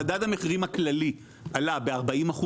מדד המחירים הכללי עלה ב-40%,